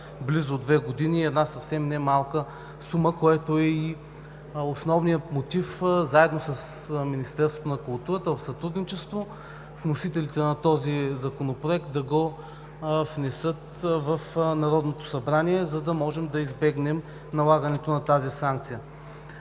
близо две години – съвсем немалка сума, което е и основният мотив, в сътрудничество с Министерството на културата, вносителите на този законопроект да го внесат в Народното събрание, за да можем да избегнем налагането на тази санкция.